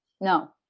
No